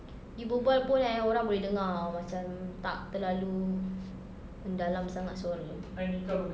you berbual pun eh orang boleh dengar macam tak terlalu mendalam sangat suara